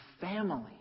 family